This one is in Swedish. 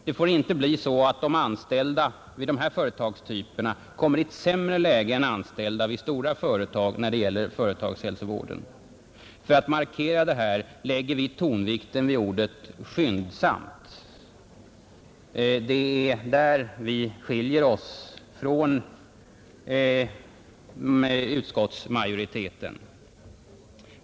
Det får inte bli så att de anställda vid dessa typer av företag kommer i ett sämre läge än anställda vid stora företag när det gäller företagshälsovården. För att markera detta lägger vi tonvikten vid ordet skyndsamt. Det är där vi skiljer oss från utskottsmajoriteten.